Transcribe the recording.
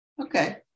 Okay